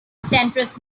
centrist